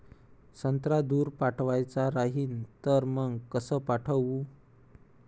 संत्रा दूर पाठवायचा राहिन तर मंग कस पाठवू?